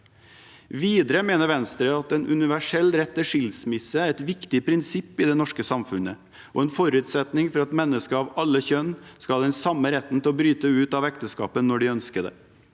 Videre mener Venstre at en universell rett til skilsmisse er et viktig prinsipp i det norske samfunnet, og en forutsetning for at mennesker av alle kjønn skal ha den samme retten til å bryte ut av ekteskapet når de ønsker det,